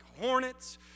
hornets